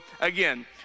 again